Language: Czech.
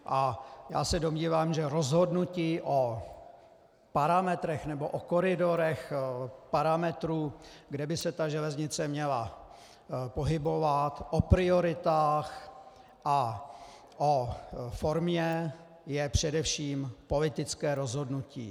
A já se domnívám, že rozhodnutí o koridorech parametrů, kde by se ta železnice měla pohybovat, o prioritách a o formě, je především politické rozhodnutí.